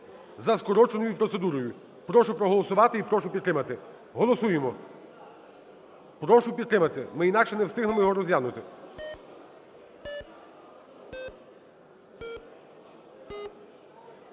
за скороченою процедурою. Прошу проголосувати і прошу підтримати. Голосуємо. Прошу підтримати. Ми інакше не встигнемо його розглянути.